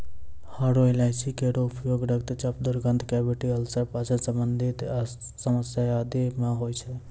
हरो इलायची केरो उपयोग रक्तचाप, दुर्गंध, कैविटी अल्सर, पाचन संबंधी समस्या आदि म होय छै